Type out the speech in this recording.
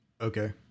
Okay